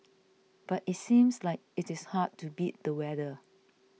but it seems like it is hard to beat the weather